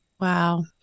Wow